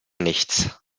nichts